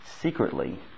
secretly